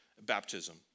baptism